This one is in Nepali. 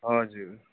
हजुर